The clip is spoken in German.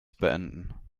beenden